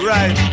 Right